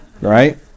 right